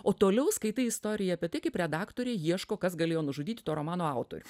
o toliau skaitai istoriją apie tai kaip redaktorė ieško kas galėjo nužudyti to romano autorių